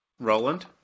Roland